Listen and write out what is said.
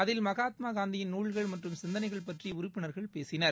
அதில் மகாத்மா காந்தியின் நூல்கள் மற்றும் சிந்தனைகள் பற்றி உறுப்பினர்கள் பேசினர்